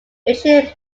eurasian